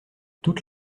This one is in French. toutes